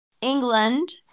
England